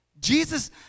Jesus